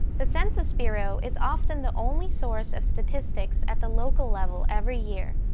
the census bureau is often the only source of statistics at the local level every year,